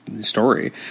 story